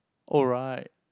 oh right